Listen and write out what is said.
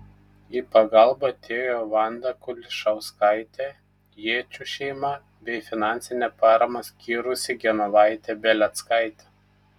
į pagalbą atėjo vanda kulišauskaitė jėčių šeima bei finansinę paramą skyrusi genovaitė beleckaitė